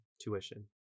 tuition